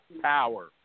power